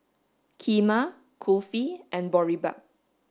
Kheema Kulfi and Boribap